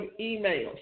emails